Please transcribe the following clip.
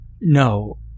No